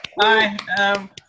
Hi